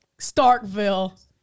Starkville